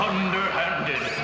Underhanded